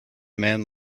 man